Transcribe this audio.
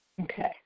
Okay